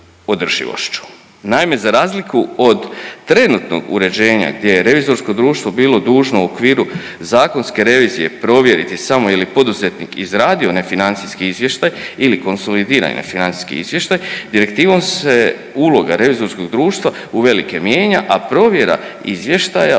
Naime, za razliku od trenutnog uređenja gdje je revizorsko društvo bilo dužno u okviru zakonske revizije provjeriti samo je li poduzetnik izradio onaj financijski izvještaj ili konsolidirani financijski izvještaj direktivom se uloga revizorskog društva uvelike mijenja, a provjera izvještaja